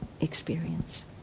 experience